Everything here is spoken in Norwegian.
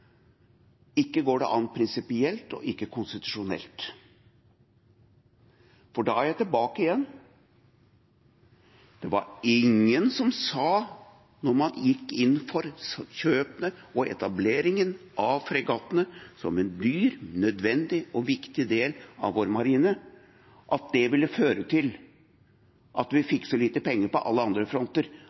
konstitusjonelt. Og da er jeg tilbake igjen til dette poenget: Det var ingen som sa, da man gikk inn for kjøpene og etableringen av fregattene som en dyr, nødvendig og viktig del av vår marine, at det ville føre til at vi fikk så lite penger på alle andre fronter,